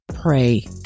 pray